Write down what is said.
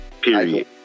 period